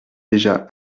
déjà